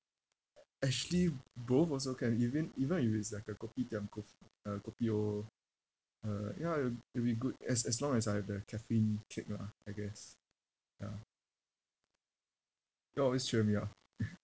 actually both also can even even if it's like a kopitiam coffee uh kopi O uh ya it'll it'll be good as as long as I have the caffeine kick lah I guess ya that always cheer me up